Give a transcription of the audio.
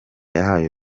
yahaye